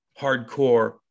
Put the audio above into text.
hardcore